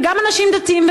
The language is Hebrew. גם אנשים דתיים,